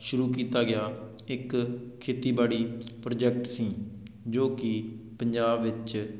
ਸ਼ੁਰੂ ਕੀਤਾ ਗਿਆ ਇੱਕ ਖੇਤੀਬਾੜੀ ਪ੍ਰੋਜੈਕਟ ਸੀ ਜੋ ਕਿ ਪੰਜਾਬ ਵਿੱਚ